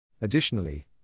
Additionally